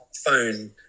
phone